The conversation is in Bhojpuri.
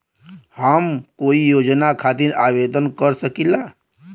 हम कोई योजना खातिर आवेदन कर सकीला?